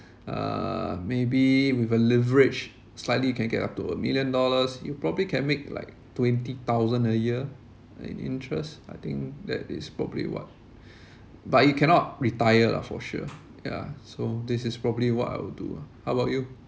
uh maybe with a leverage slightly you can get up to a million dollars you probably can make like twenty thousand a year in interest I think that is probably what but you cannot retire lah for sure yeah so this is probably what I would do how about you